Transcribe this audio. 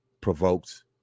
provoked